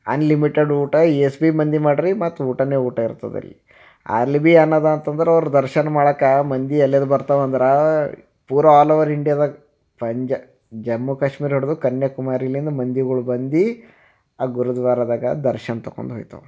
unlimited ಊಟ ಎಷ್ಟು ಭೀ ಮಂದಿ ಮಾಡ್ರಿ ಮತ್ತೆ ಊಟವೇ ಊಟ ಇರ್ತದೆ ಅಲ್ಲಿ ಅಲ್ಲಿ ಭೀ ಏನಿದೆ ಅಂತಂದ್ರೆ ಅವ್ರ ದರ್ಶನ ಮಾಡೋಕ್ಕೆ ಮಂದಿ ಎಲ್ಲಿಂದ ಬರ್ತಾವ ಅಂದ್ರೆ ಪೂರಾ ಆಲ್ ಓವರ್ ಇಂಡಿಯಾದಾಗ ಪಂಜಾ ಜಮ್ಮು ಕಾಶ್ಮೀರ ಹಿಡಿದು ಕನ್ಯಾಕುಮಾರಿಯಿಂದ ಮಂದಿಗಳು ಬಂದು ಆ ಗುರುದ್ವಾರದಾಗ ದರ್ಶನ ತೊಗೊಂಡು ಹೋಗ್ತಾವ